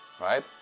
right